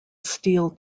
steel